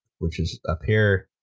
which is up here.